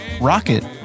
Rocket